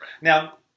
now